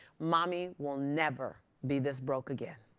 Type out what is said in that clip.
mommy will never be this broke again.